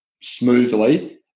smoothly